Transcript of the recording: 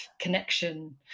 connection